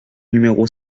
numéro